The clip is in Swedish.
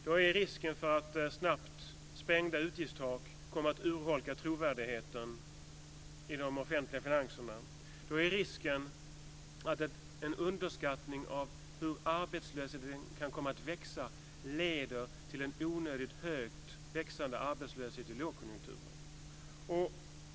Då är det risk för att snabbt sprängda utgiftstak kommer att urholka trovärdigheten i de offentliga finanserna och för att en underskattning av hur arbetslösheten kan komma att växa ska leda till en onödigt högt växande arbetslöshet i lågkonjunkturen.